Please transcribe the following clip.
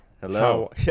hello